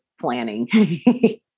planning